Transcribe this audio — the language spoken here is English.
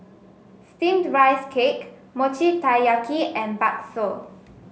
Steamed Rice Cake Mochi Taiyaki and Bakso